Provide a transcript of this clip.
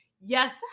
Yes